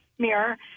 mirror